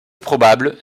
probable